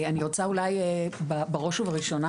אני רוצה אולי בראש ובראשונה,